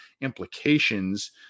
implications